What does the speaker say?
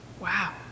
Wow